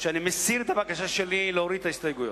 אני מסיר את הבקשה שלי להוריד את ההסתייגויות.